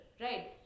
right